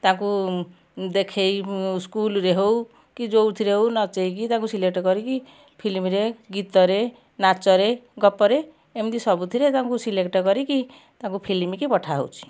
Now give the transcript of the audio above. ତାଙ୍କୁ ଦେଖେଇ ସ୍କୁଲରେ ହଉ କି ଯେଉଁଥିରେ ହଉ ନଚେଇକି ତାକୁ ସିଲେକ୍ଟ କରିକି ଫିଲ୍ମରେ ଗୀତରେ ନାଚରେ ଗପରେ ଏମତି ସବୁଥିରେ ତାଙ୍କୁ ସିଲେକ୍ଟ କରିକି ତାଙ୍କୁ ଫିଲିମିକୁ ପଠାହଉଛି